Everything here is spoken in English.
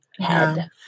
head